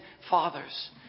fathers